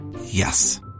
Yes